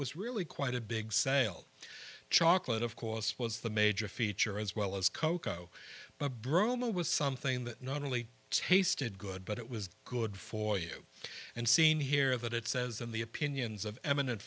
was really quite a big sale chocolate of course was the major feature as well as cocoa bromo was something that not only tasted good but it was good for you and seen here that it says in the opinions of eminent